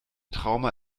trauma